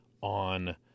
on